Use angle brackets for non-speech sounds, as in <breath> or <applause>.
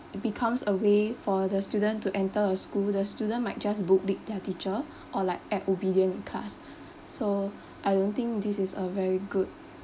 it becomes a way for the student to enter a school the student might just bootlick their teacher or like act obedient in class <breath> so I don't think this is a very good